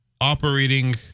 operating